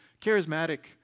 charismatic